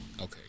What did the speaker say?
okay